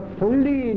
fully